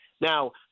Now